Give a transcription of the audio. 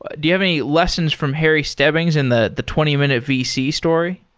ah do you have any lessons from harry stebbings and the the twenty minute vc story?